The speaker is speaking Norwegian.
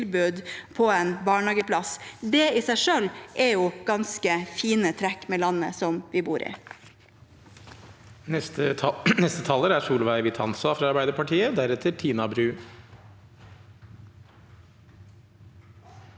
om barnehageplass. Det i seg selv er ganske fine trekk ved landet vi bor i.